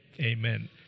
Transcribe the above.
Amen